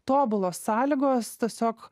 tobulos sąlygos tiesiog